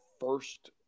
first